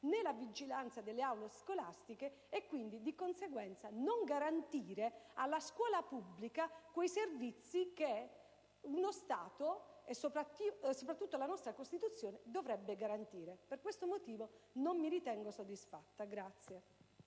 nè la vigilanza delle aule scolastiche, e quindi, di conseguenza, non garantire alla scuola pubblica quei servizi che uno Stato, e soprattutto la nostra Costituzione, dovrebbero garantire. Per questo motivo non mi ritengo soddisfatta.